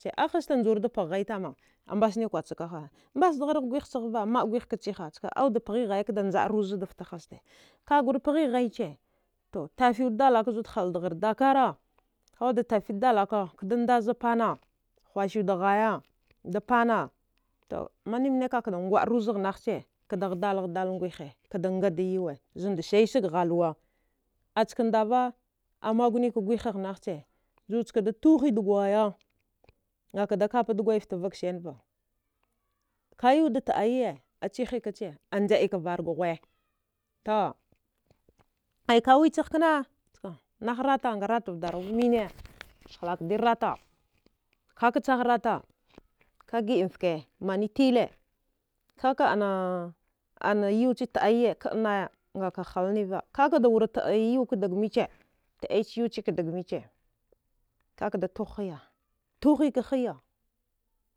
Ahazeta njure da paha tama, mbasne kwacika aha, mbasnariva magwhi ka ecigha, ka wude da paghi haya ka da njaru da fte hzte paghi haya ci ka gwari paghi haya ci tife wude dalaka za wude haldari dakara aza wude tafe dalaka, ka da ndazaya panna hwashe wude haya da panna, to mine mine ka kha da dwa ruzi nagbe ci ka da hadal hadal ngwihi ka aga da yuwe ze da siye sge halwa acha ndva a mgwa ne ka gwihi nahaci, ju cha da dtughe dgwaya, aka da kapa dgwaya vga siniva. Ka yuwe da tiayi a cihakaci ka da njavara ka bwe to ka wichi kana, naha rata, a rata vdaruva amin ka ka tsiha rata ga gida mba fki mani tile ka ga aa yuwe ci tiayi, ƙanayi aka halniva ka ka tidi yuwe daga mbici, tidici yuweci ka daga mbici ka ka da tighu haya, tighu ka haya.